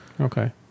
okay